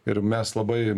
ir mes labai